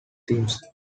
themes